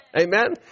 Amen